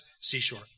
seashore